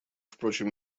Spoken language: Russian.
впрочем